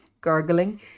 gargling